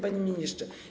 Panie Ministrze!